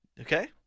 Okay